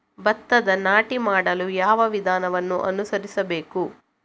ಭತ್ತದ ನಾಟಿ ಮಾಡಲು ಯಾವ ವಿಧಾನವನ್ನು ಅನುಸರಿಸಬೇಕು?